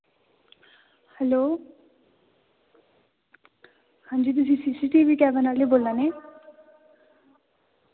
hello हां जी तुस सी सी टी वी कैमरे आह्ले बोल्ला ने